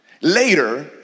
Later